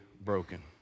broken